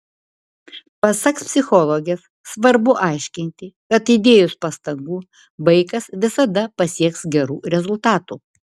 pasak psichologės svarbu aiškinti kad įdėjus pastangų vaikas visada pasieks gerų rezultatų